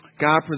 God